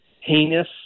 heinous